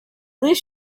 least